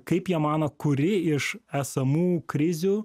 kaip jie mano kuri iš esamų krizių